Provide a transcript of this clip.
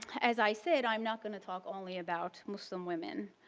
as i said, i'm not going to talk only about muslim women.